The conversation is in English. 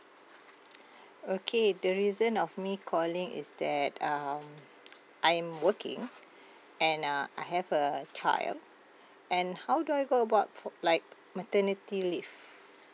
okay the reason of me calling is that um I'm working and uh I have a child and how do I go about for like maternity leave